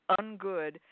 ungood